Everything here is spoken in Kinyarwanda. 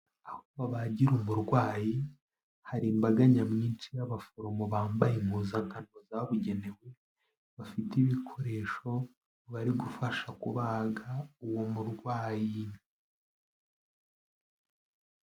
Aho babagira umurwayi, hari imbaga nyamwinshi y'abaforomo bambaye impuzankano zabugenewe bafite ibikoresho bari gufasha kubaga uwo murwayi.